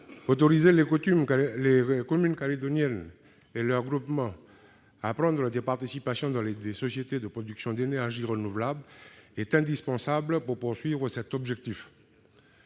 Autoriser les communes calédoniennes et leurs groupements à prendre des participations dans des sociétés de production d'énergie renouvelable est indispensable pour pouvoir atteindre cet objectif.